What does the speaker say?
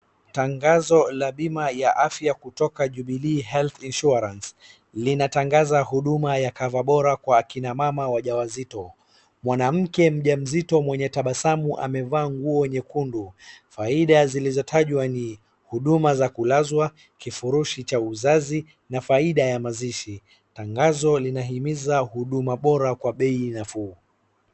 Tangazo la bima ya afya kutoka jubilee health insuarance linatangaza huduma ya cover kwa akina mama wajawazito .Mwanamke mjamzito mwenye tabasamu amevaa nguo nyekundu faida zilizotajwa ni huduma za kulazwa, kifurushi cha uzazi na faida ya mazishi faida tangazo linahimiza huduma bora kwa bei nafuu.